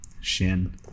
shin